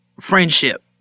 friendship